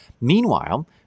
Meanwhile